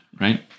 right